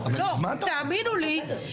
תאמינו לי,